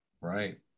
right